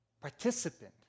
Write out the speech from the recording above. participant